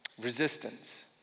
Resistance